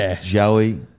Joey